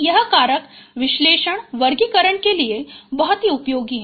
यह कारक विश्लेषण वर्गीकरण के लिए बहुत उपयोगी है